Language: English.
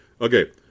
Okay